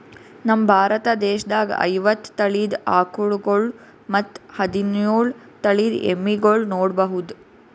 ನಮ್ ಭಾರತ ದೇಶದಾಗ್ ಐವತ್ತ್ ತಳಿದ್ ಆಕಳ್ಗೊಳ್ ಮತ್ತ್ ಹದಿನೋಳ್ ತಳಿದ್ ಎಮ್ಮಿಗೊಳ್ ನೋಡಬಹುದ್